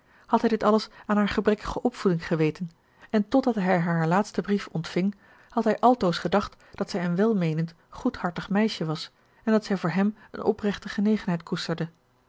hij dit alles aan haar gebrekkige opvoeding geweten en totdat hij haar laatsten brief ontving had hij altoos gedacht dat zij een welmeenend goedhartig meisje was en dat zij voor hem eene oprechte genegenheid koesterde